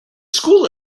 school